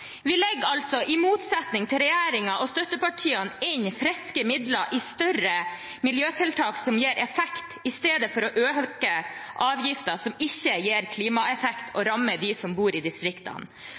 Vi legger altså, i motsetning til regjeringen og støttepartiene, inn friske midler i større miljøtiltak som gir effekt, i stedet for å øke avgifter som ikke gir klimaeffekt, og